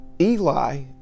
Eli